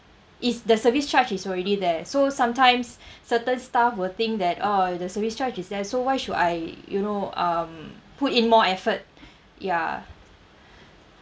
is the service charge is already there so sometimes certain staff will think that oh the service charge is there so why should I you know um put in more effort ya